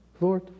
Lord